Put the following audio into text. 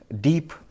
Deep